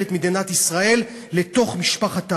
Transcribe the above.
את מדינת ישראל לתוך משפחת העמים.